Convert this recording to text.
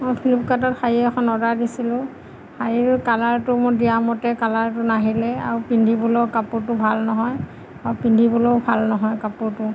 মই ফ্লিপকাৰ্টত শাড়ী এখন অৰ্ডাৰ দিছিলোঁ শাৰীৰ কালাৰটো মোৰ দিয়ামতে কালাৰটো নাহিলে আৰু পিন্ধিবলৈও কাপোৰটো ভাল নহয় আৰু পিন্ধিবলৈও ভাল নহয় কাপোৰটো